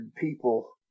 people